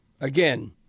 again